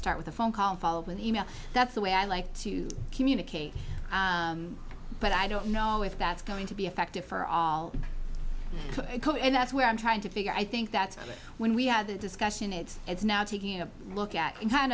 start with a phone call and follow up with email that's the way i like to communicate but i don't know if that's going to be effective for all and that's where i'm trying to figure i think that's when we had the discussion it's it's now taking a look at kind